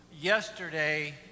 Yesterday